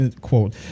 quote